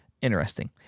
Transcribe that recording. interesting